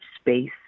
space